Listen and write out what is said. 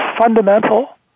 fundamental